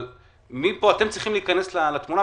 אבל מפה אתם צריכים להיכנס לתמונה.